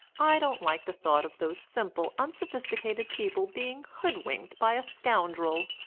i don't like the thought of those simple, unsophisticated people being hoodwinked by a scoundrel.